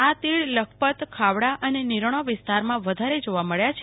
આ તીડ લખપતખાવડા અને નિરોણા વિસ્તારમાં વધારે જીવા મુળ્યા છે